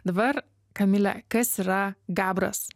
dabar kamile kas yra gabras